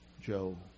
Joe